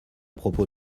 propos